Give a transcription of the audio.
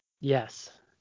Yes